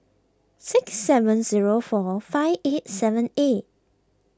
six seven zero four five eight seven eight